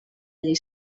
llei